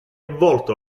volto